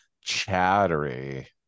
chattery